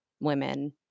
Women